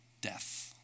death